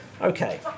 Okay